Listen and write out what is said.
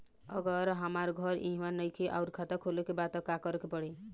अगर हमार घर इहवा नईखे आउर खाता खोले के बा त का करे के पड़ी?